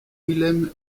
wilhelm